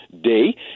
day